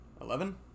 Eleven